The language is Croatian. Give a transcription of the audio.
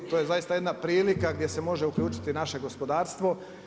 To je zaista jedna prilika gdje se može uključiti naše gospodarstvo.